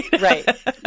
right